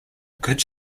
good